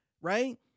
right